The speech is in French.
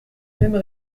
mêmes